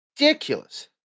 ridiculous